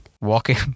walking